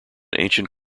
ancient